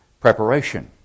preparation